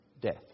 death